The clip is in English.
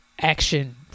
action